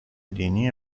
دینی